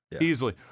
easily